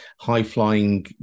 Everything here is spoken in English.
high-flying